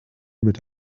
mit